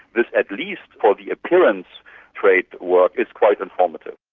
this at least for the appearance trait work is quite informative.